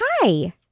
Hi